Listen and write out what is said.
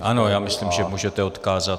Ano, já myslím, že můžete odkázat.